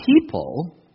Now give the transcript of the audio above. people